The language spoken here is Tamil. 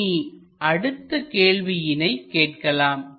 இனி அடுத்த கேள்வியினை கேட்கலாம்